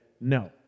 no